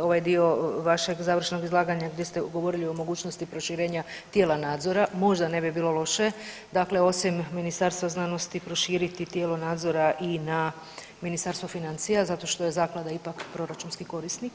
ovaj dio vašeg završnog izlaganja gdje ste govorili o mogućnosti proširenja tijela nadzora možda ne bi bilo loše, dakle osim Ministarstva znanosti proširiti tijelo nadzora i na Ministarstvo financija zato što je zaklada ipak proračunski korisnik.